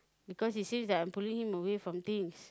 because he says that I'm pulling him away from things